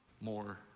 more